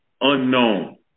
unknown